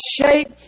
shape